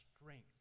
strength